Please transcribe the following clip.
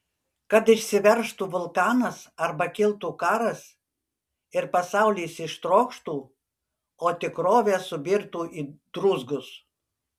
kad išsiveržtų vulkanas arba kiltų karas ir pasaulis ištrokštų o tikrovė subirtų į druzgus